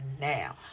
now